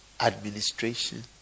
administration